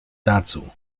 dazu